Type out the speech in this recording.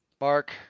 Mark